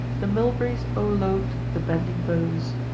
the mulberries o'erload the bending boughs.